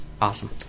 Awesome